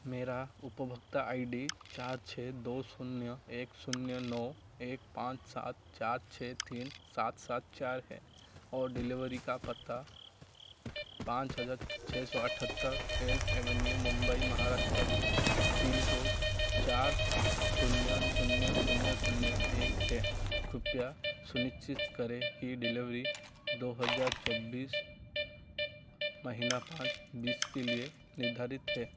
मेरा उपभोक्ता I D चार छः दो शून्य एक शून्य नौ एक पाँच सात चार छः तीन सात सात चार है और डिलेवरी का पता पाँच हज़ार छः सौ अठहत्तर Elm Avenue Mumbai Maharashtra pin code चार शून्य शून्य शून्य शून्य एक है कृपया सुनिश्चित करें कि डिलेवरी दो हज़ार चौबीस महिना पाँच बीस के लिए निर्धारित है